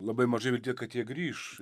labai mažai kad jie grįš